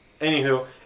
anywho